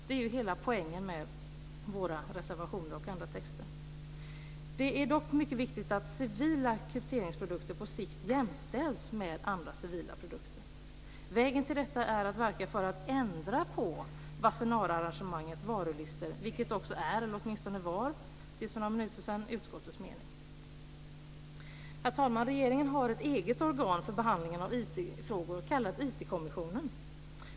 Det är ju hela poängen med våra reservationer och andra texter. Det är dock mycket viktigt att civila krypteringsprodukter på sikt jämställs med andra civila produkter. Vägen till detta är att verka för att ändra på Wassenaararrangemangets varulistor, vilket också är - eller åtminstone var tills för några minuter sedan - utskottets mening. Herr talman! Regeringen har ett eget organ för behandling av IT-frågor, kallat IT-kommissionen.